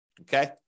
okay